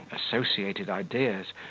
associated ideas,